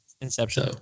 Inception